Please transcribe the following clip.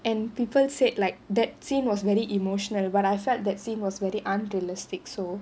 and people said like that scene was very emotional but I felt that scene was very unrealistic so